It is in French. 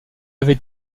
avait